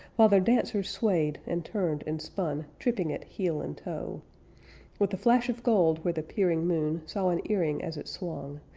while their dancers swayed, and turned, and spun, tripping it heel and toe with a flash of gold where the peering moon saw an earring as it swung,